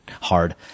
hard